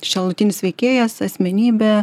šalutinis veikėjas asmenybė